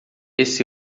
esse